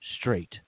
straight